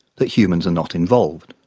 that humans are not involved.